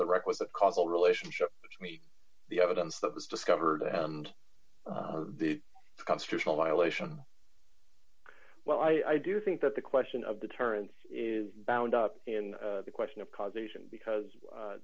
the requisite causal relationship between the evidence that was discovered and the constitutional violation well i do think that the question of deterrence is bound up in the question of causation because